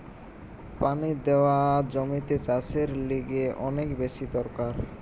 পানি দেওয়া জমিতে চাষের লিগে অনেক বেশি দরকার